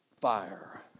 fire